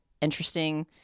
interesting